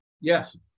Yes